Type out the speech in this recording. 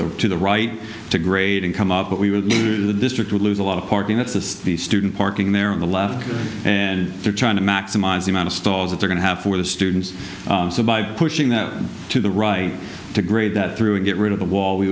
the to the right to grade and come up what we would the district would lose a lot of parking lots of the student parking there on the left and they're trying to maximize the amount of stalls that are going to have for the students so by pushing them to the right to grade that through and get rid of the wall we